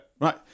Right